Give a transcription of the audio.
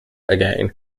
again